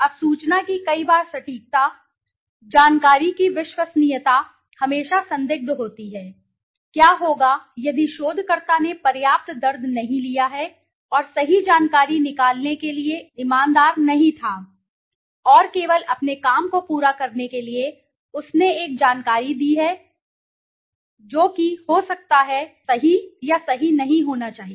अब सूचना की कई बार सटीकता जानकारी की विश्वसनीयता हमेशा संदिग्ध होती है क्या होगा यदि शोधकर्ता ने पर्याप्त दर्द नहीं लिया है और सही जानकारी निकालने के लिए ईमानदार नहीं था और केवल अपने काम को पूरा करने के लिए उसने एक जानकारी दी है जो कि हो सकती है सही या सही नहीं होना चाहिए